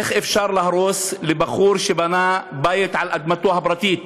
איך אפשר להרוס לבחור שבנה בית על אדמתו הפרטית?